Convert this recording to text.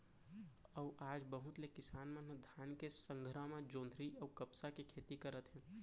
अउ आज बहुत ले किसान मन ह धान के संघरा म जोंधरी अउ कपसा के खेती करत हे